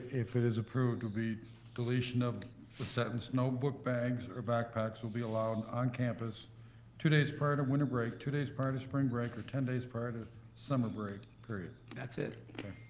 if it is approved, would be deletion of the sentence no book bags or backpacks will be allowed on campus two days prior to winter break, two days prior to spring break, or ten days prior to summer break. period. that's it. okay.